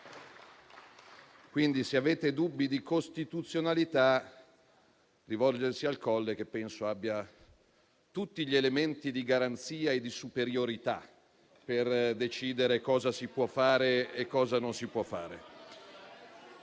Quindi, se avete dubbi di costituzionalità, rivolgetevi al Colle, che penso abbia tutti gli elementi di garanzia e di superiorità per decidere cosa si può fare e cosa non si può fare